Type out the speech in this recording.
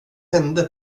hände